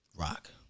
Rock